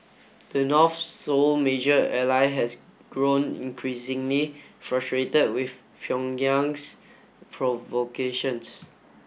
the North's sole major ally has grown increasingly frustrated with Pyongyang's provocations